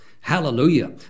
Hallelujah